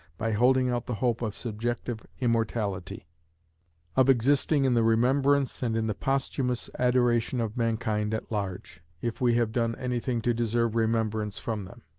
by holding out the hope of subjective immortality of existing in the remembrance and in the posthumous adoration of mankind at large, if we have done anything to deserve remembrance from them